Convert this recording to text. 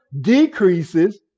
decreases